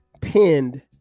pinned